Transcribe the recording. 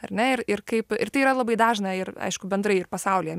ar ne ir ir kaip ir tai yra labai dažna ir aišku bendrai ir pasaulyje